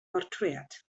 bortread